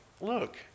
look